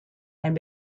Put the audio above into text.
and